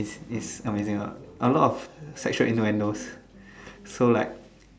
it's it's amazing ah a lot of sexual innuendos so like